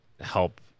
help